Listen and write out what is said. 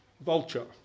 vulture